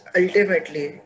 ultimately